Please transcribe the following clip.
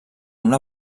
una